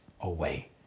away